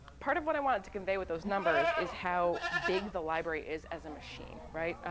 part of what i wanted to convey with those numbers is how big the library is as a machine, right,